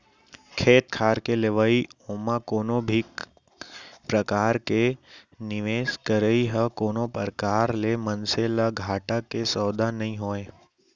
खेत खार के लेवई ओमा कोनो भी परकार के निवेस करई ह कोनो प्रकार ले मनसे ल घाटा के सौदा नइ होय